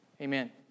Amen